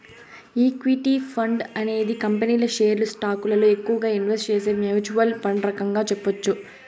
equity fund అనేది కంపెనీల షేర్లు స్టాకులలో ఎక్కువగా ఇన్వెస్ట్ చేసే మ్యూచ్వల్ ఫండ్ రకంగా చెప్పొచ్చు